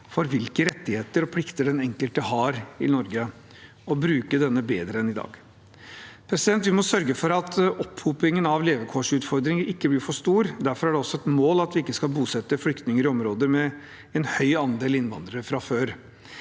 for hvilke rettigheter og plikter den enkelte har i Norge, og bruke denne bedre enn i dag. Vi må sørge for at opphopingen av levekårsutfordringer ikke blir for stor. Derfor er det også et mål at vi ikke skal bosette flyktninger i områder med en høy andel innvandrere fra før.